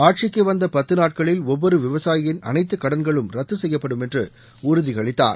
ஆட்சிக்கு வந்த பத்து நாட்களில் ஒவ்வொரு விவசாயியின் அனைத்து கடன்களும் ரத்து செய்யப்படும் என்று உறுதி அளித்தார்